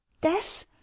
Death